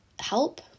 help